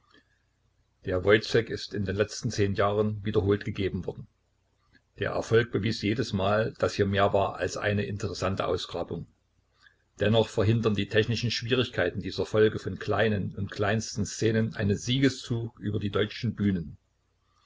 der woyzek ist in den letzten zehn jahren wiederholt gegeben worden der erfolg bewies jedesmal daß hier mehr war als eine interessante ausgrabung dennoch verhindern die technischen schwierigkeiten dieser folge von kleinen und kleinsten szenen einen siegeszug über die deutschen bühnen